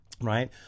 Right